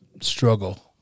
struggle